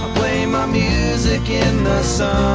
ah play my music in the sun